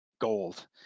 gold